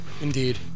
indeed